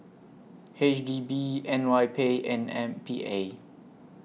H D B N Y P and M P A